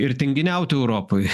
ir tinginiaut europoj